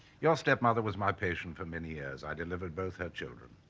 your stepmother was my patient for many years i delivered both her children.